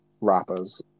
rappers